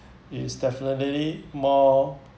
it's definitely more